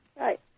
Right